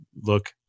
look